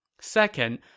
Second